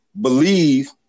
believe